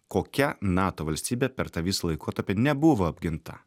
kokia nato valstybė per tą visą laikotarpį nebuvo apginta